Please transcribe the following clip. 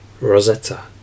Rosetta